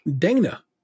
Dana